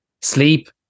sleep